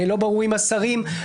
לא ברור מי השרים,